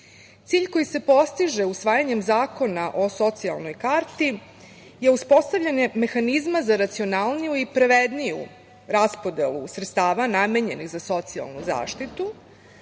koji se postiže usvajanjem zakona o socijalnoj karti je uspostavljanje mehanizma za racionalniju i pravedniju raspodelu sredstava namenjenih za socijalnu zaštitu